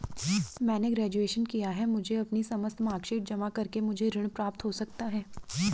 मैंने ग्रेजुएशन किया है मुझे अपनी समस्त मार्कशीट जमा करके मुझे ऋण प्राप्त हो सकता है?